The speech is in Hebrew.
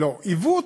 לא, עיוות,